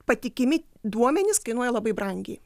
patikimi duomenys kainuoja labai brangiai